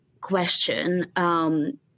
question